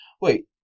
wait